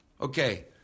okay